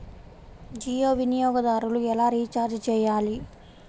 జియో వినియోగదారులు ఎలా రీఛార్జ్ చేయాలి?